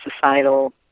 societal